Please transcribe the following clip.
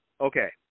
okay